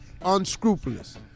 unscrupulous